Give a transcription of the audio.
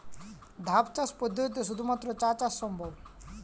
ধাপ চাষ পদ্ধতিতে শুধুমাত্র চা চাষ সম্ভব?